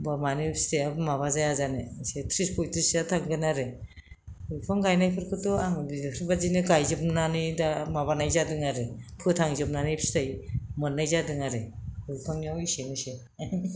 होमबा मानो फिथाया माबा जाया जानो मोनसेआ त्रिस पयत्रिससोआ थांगोन आरो बिफां गायनायफोरखौथ' आं बिबायदिनो गायजोबनानै दा माबानाय जादों आरो फोथांजोबनानै फिथाइ मोननाय जादों आरो दंफांनिआव बेसे बेसे